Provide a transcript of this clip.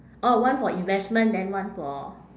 orh one for investment then one for